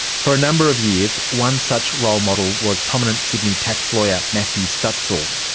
for a number of years, one such role model was prominent sydney tax lawyer matthew stutsel.